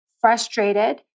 frustrated